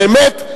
באמת,